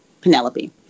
Penelope